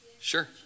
sure